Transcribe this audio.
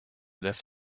left